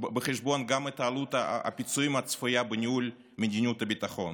בחשבון גם את עלות הפיצויים הצפויה בניהול מדיניות הביטחון,